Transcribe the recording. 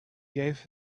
gave